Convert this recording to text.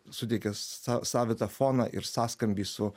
suteikė sa savitą foną ir sąskambį su